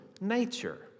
nature